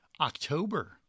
October